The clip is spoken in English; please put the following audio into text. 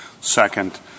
Second